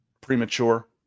premature